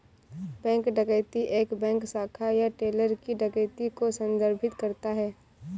bank डकैती एक bank शाखा या टेलर की डकैती को संदर्भित करता है